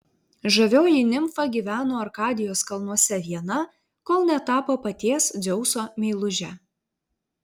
žavioji nimfa gyveno arkadijos kalnuose viena kol netapo paties dzeuso meiluže